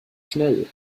schnell